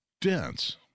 dense